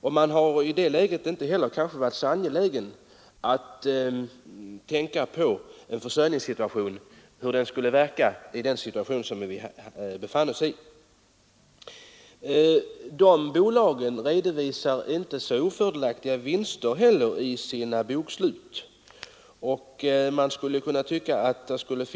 Man kanske inte var benägen att tänka på hur det skulle verka i den försörjningssituation som vi då befann oss i. De bolagen redovisar inte så § dåliga vinster heller i sina bokslut.